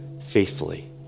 faithfully